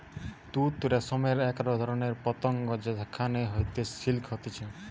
তুত রেশম এক ধরণের পতঙ্গ যেখান হইতে সিল্ক হতিছে